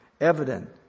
evident